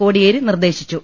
കോടിയേരി നിർദ്ദേശിച്ചു